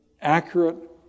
accurate